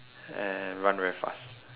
and run very fast